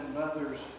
mothers